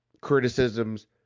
criticisms